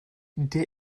der